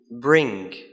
bring